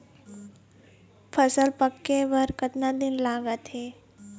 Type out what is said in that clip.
फसल पक्के बर कतना दिन लागत हे?